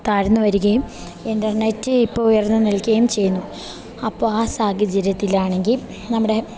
താഴ്ന്നു വരികയും ഇൻ്റർനെറ്റ് ഇപ്പോൾ ഉയർന്നു നിൽക്കുകയും ചെയ്യുന്നു അപ്പോൾ ആ സാഹചര്യത്തിലാണെങ്കിൽ നമ്മുടെ